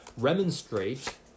Remonstrate